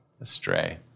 astray